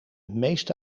meeste